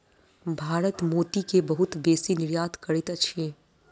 भारत मोती के बहुत बेसी निर्यात करैत अछि